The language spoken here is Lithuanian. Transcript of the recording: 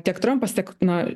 tiek trampas tiek na